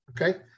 Okay